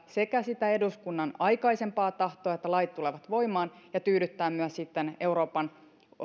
sitä eduskunnan aikaisempaa tahtoa että lait tulevat voimaan ja tyydyttää myös sitten euroopan